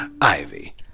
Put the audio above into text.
Ivy